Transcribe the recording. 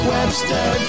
Webster